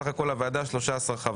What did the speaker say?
סך הכול לוועדה 13 חברים.